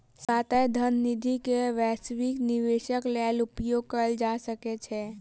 स्वायत्त धन निधि के वैश्विक निवेशक लेल उपयोग कयल जा सकै छै